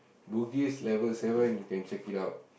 Bugis level seven you can check it out